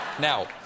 Now